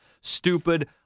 stupid